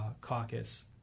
caucus